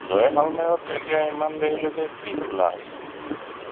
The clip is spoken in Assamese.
জয়সালমেৰত এতিয়া ইমান দেৰিলৈকে কি খোলা আছে